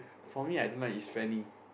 for me I don't like is Fanny